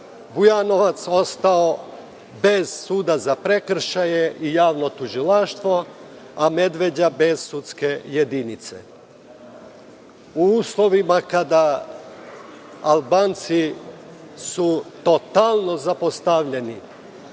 Bujanovac ostao bez Suda za prekršaje i javno tužilaštvo, a Medveđa bez sudske jedinice.U uslovima kada su Albanci totalno zapostavljeni